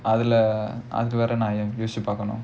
அது வேற நான் யோசிச்சி பாக்கணும்:athu vera naan yosichi paakkanum